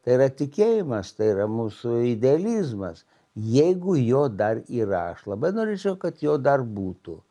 tai yra tikėjimas tai yra mūsų idealizmas jeigu jo dar yra aš labai norėčiau kad jo dar būtų